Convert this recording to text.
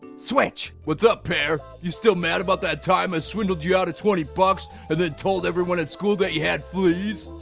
switch. what's up, pear? you still mad about that time i swindled you out of twenty bucks and then told everyone at school that you had fleas?